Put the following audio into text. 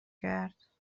کرد